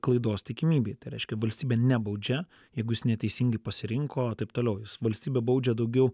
klaidos tikimybei reiškia valstybė nebaudžia jeigu jis neteisingai pasirinko taip toliau jis valstybė baudžia daugiau